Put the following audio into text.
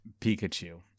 pikachu